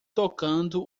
tocando